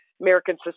American